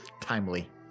timely